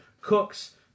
Cooks